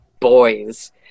boys